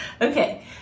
Okay